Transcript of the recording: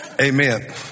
Amen